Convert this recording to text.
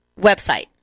website